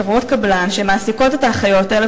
חברות הקבלן שמעסיקות את האחיות האלה,